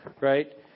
Right